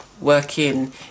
working